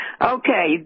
Okay